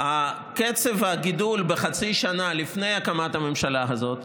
קצב הגידול בחצי השנה שלפני הקמת הממשלה הזאת,